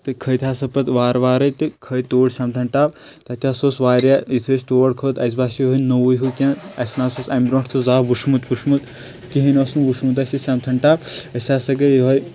تہٕ کھٔتۍ ہَسا پَتہٕ وارٕ وارٕے تہٕ کھٔتۍ تور سِنتھن ٹاپ تَتہِ ہَسا اوس واریاہ یِتھُے أسۍ تور کھٔتۍ اسہِ باسیو یہِ نوٚوُے ہیوٗ کینٛہہ اسہِ نَسا اوس امہِ برٛونٹھ زنہٕ وٕچھمت پُچھمُت کہیٖنۍ اوس نہٕ وٕچھمُت اسہِ یہِ سِنتھن ٹاپ أسۍ ہَسا گٔے